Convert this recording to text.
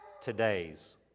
today's